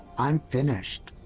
i'm finished.